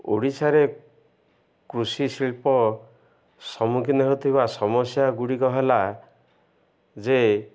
ଓଡ଼ିଶାରେ କୃଷି ଶିଳ୍ପ ସମ୍ମୁଖୀନ ହେଉଥିବା ସମସ୍ୟାଗୁଡ଼ିକ ହେଲା ଯେ